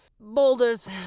boulders